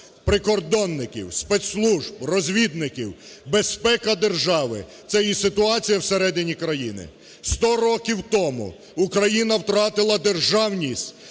прикордонників, спецслужб, розвідників, безпека держави – це і ситуація в середині країни. Сто років тому Україна втратила державність